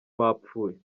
bapfuye